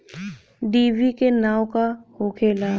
डिभी के नाव का होखेला?